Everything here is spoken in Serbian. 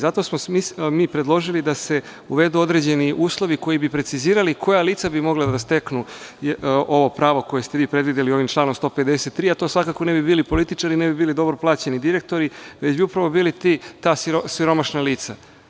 Zato smo mi predložili da se uvedu određeni uslovi koji bi precizirali koja lica bi mogla da steknu ovo pravo koje ste vi predvideli ovim članom 153, a to svakako ne bi bili političari, ne bi bili dobro plaćeni direktori, već bi upravo bila ta siromašna lica.